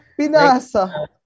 Pinasa